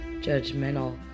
judgmental